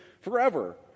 forever